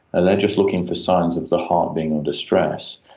ah like just looking for signs of the heart being under stress,